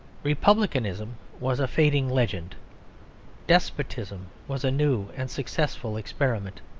republicanism was a fading legend despotism was a new and successful experiment.